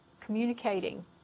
communicating